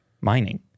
mining